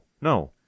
no